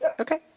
okay